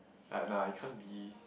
ah nah it can't be